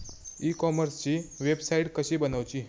E कॉमर्सची website कशी बनवची?